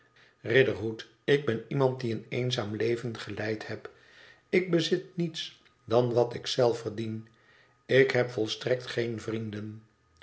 riderhood ik ben iemand die een eenzaam leven geleid heb ik bezit niets dstn wat ik zelf verdien ik heb volstrekt geen vrienden